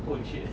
过去